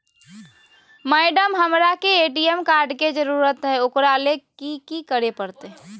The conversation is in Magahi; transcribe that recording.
मैडम, हमरा के ए.टी.एम कार्ड के जरूरत है ऊकरा ले की की करे परते?